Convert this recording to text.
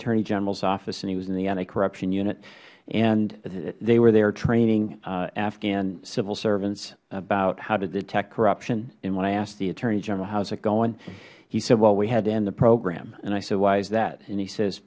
attorney generals office and he was in the anti corruption unit and they were there training afghan civil servants about how to detect corruption and when i asked the attorney general how is it going he said well we had to end the program and i said why is that and he sa